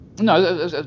No